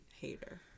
hater